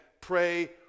pray